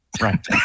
Right